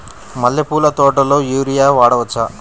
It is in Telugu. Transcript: మల్లె పూల తోటలో యూరియా వాడవచ్చా?